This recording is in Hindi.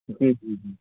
जी जी जी